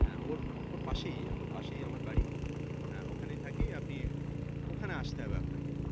হ্যাঁ ওর ওর পাশেই ওর পাশেই আমার বাড়ি হ্যাঁ ওখানেই থাকি আপনি ওখানে আসতে হবে আপনাকে